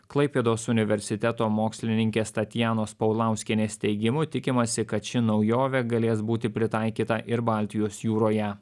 klaipėdos universiteto mokslininkės tatjanos paulauskienės teigimu tikimasi kad ši naujovė galės būti pritaikyta ir baltijos jūroje